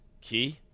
Key